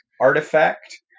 Artifact